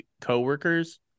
co-workers